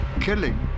killing